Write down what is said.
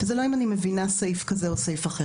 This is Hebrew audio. ולא מדובר בהבנה של סעיף כזה או אחר.